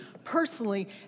personally